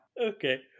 Okay